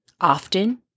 often